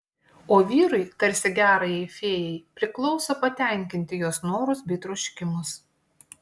o vyrui tarsi gerajai fėjai priklauso patenkinti jos norus bei troškimus